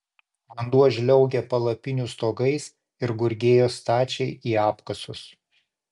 vanduo žliaugė palapinių stogais ir gurgėjo stačiai į apkasus